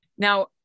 Now